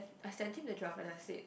I sent him the draft and I said